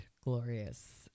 glorious